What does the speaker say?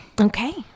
Okay